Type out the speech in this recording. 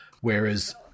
whereas